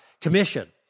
commission